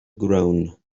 groan